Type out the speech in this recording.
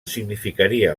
significaria